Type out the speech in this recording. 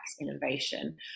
innovation